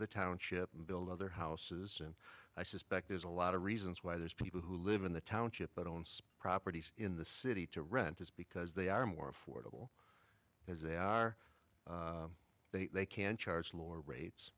the township and build other houses and i suspect there's a lot of reasons why there's people who live in the township that owns properties in the city to rent is because they are more affordable as they are they they can charge lower rates